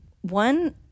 one